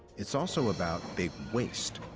it's also about big waste.